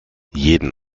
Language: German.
jeden